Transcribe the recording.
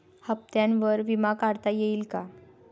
हप्त्यांवर विमा काढता येईल का?